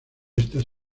estas